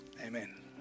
Amen